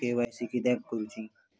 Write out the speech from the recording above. KYC किदयाक करूची?